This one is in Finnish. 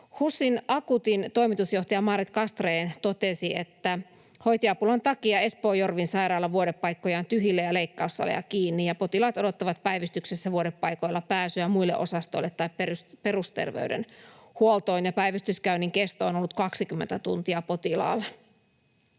HUSin Akuutin toimitusjohtaja Maaret Castrén totesi, että hoitajapulan takia Espoon Jorvin sairaalan vuodepaikkoja on tyhjillään ja leikkaussaleja kiinni, potilaat odottavat päivystyksessä vuodepaikoilla pääsyä muille osastoille tai perusterveydenhuoltoon ja päivystyskäynnin kesto on ollut potilaalla